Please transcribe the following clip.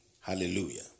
Hallelujah